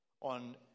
on